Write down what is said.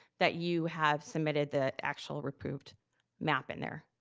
that you have submitted the actual approved map in there.